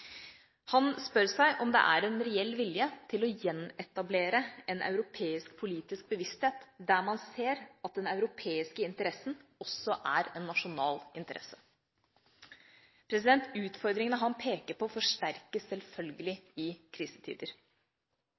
Han spør seg om det er en reell vilje til å gjenetablere en europeisk politisk bevissthet der man ser at den europeiske interessen også er en nasjonal interesse. Utfordringene han peker på, forsterkes selvfølgelig i krisetider.